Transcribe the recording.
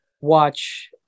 watch